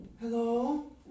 Hello